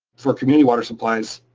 for a community water supplies,